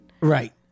Right